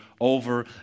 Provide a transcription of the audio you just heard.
over